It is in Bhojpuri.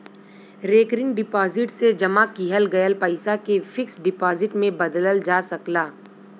रेकरिंग डिपाजिट से जमा किहल गयल पइसा के फिक्स डिपाजिट में बदलल जा सकला